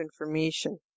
information